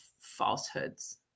falsehoods